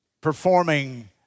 performing